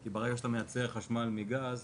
כי ברגע שאתה מייצר חשמל מגז,